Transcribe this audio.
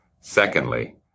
Secondly